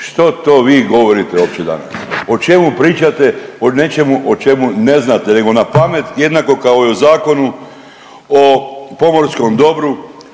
što to vi govorite opće danas, o čemu pričate, o nečemu o čemu ne znate nego napamet jednako kao i o Zakonu o pomorskom dobru